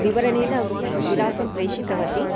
विवरणेन विलासं प्रेषितवती